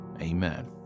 amen